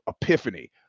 epiphany